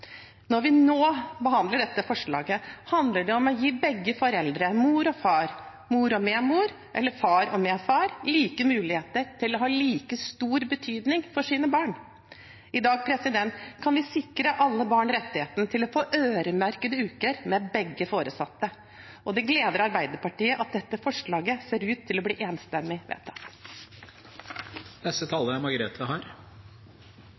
Når vi nå behandler dette forslaget, handler det om å gi begge foreldre – mor og far, mor og medmor, eller far og medfar – like muligheter til å ha like stor betydning for sine barn. I dag kan vi sikre alle barn rettigheten til få øremerkede uker med begge foresatte, og det gleder Arbeiderpartiet at dette forslaget ser ut til å bli enstemmig vedtatt. I denne saken foreslås det en rekke endringer som har